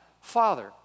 father